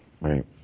Right